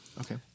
Okay